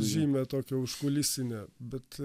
žymę tokią užkulisinę bet